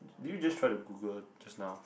did you just try to Google just now